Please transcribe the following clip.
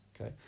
Okay